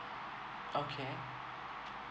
okay